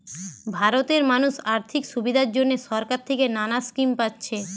ভারতের মানুষ আর্থিক সুবিধার জন্যে সরকার থিকে নানা স্কিম পাচ্ছে